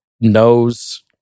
knows